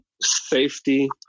Safety